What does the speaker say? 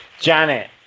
Janet